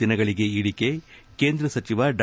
ದಿನಗಳಿಗೆ ಇಳಿಕೆ ಕೇಂದ್ರ ಸಚಿವ ಡಾ